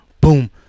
boom